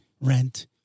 rent